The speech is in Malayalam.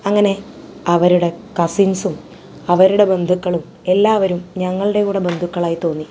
അങ്ങനെ അവരുടെ കസിൻസും അവരുടെ ബന്ധുക്കളും എല്ലാവരും ഞങ്ങളുടെ കൂടെ ബന്ധുക്കളായി തോന്നി